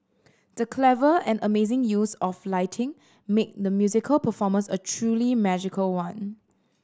the clever and amazing use of lighting made the musical performance a truly magical one